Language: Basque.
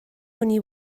honi